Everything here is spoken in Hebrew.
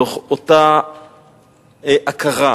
מתוך אותה הכרה,